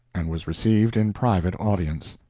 and was received in private audience.